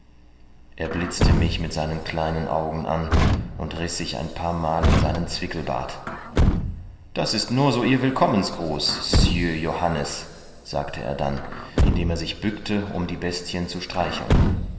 er blitzte mich mit seinen kleinen augen an und riß sich ein paar mal in seinen zwickelbart das ist nur so ihr willkommensgruß sieur johannes sagte er dann indem er sich bückte um die bestien zu streicheln